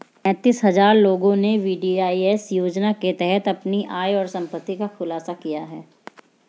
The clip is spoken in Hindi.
पेंतीस हजार लोगों ने वी.डी.आई.एस योजना के तहत अपनी आय और संपत्ति का खुलासा किया